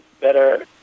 better